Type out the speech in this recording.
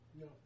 No